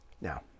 Now